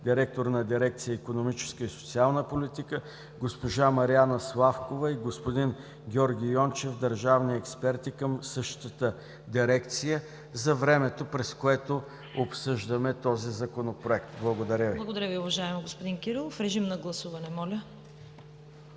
директор на дирекция „Икономическа и социална политика“, госпожа Мариана Славкова и господин Георги Йончев – държавни експерти към същата дирекция, за времето, през което обсъждаме този Законопроект. Благодаря. ПРЕДСЕДАТЕЛ ЦВЕТА КАРАЯНЧЕВА: Благодаря, уважаеми господин Кирилов. Моля, режим на гласуване.